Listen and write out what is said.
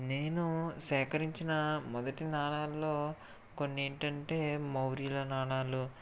నేను సేకరించిన మొదటి నాణాలలో కొన్ని ఏంటంటే మౌర్యుల నాణాలు